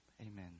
Amen